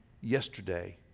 yesterday